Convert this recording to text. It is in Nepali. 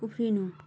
उफ्रिनु